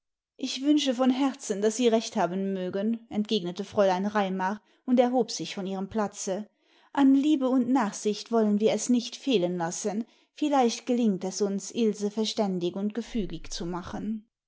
ich wünsche von herzen daß sie recht haben mögen entgegnete fräulein raimar und erhob sich von ihrem platze an liebe und nachsicht wollen wir es nicht fehlen lassen vielleicht gelingt es uns ilse verständig und gefügig zu machen